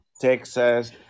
Texas